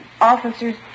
Officers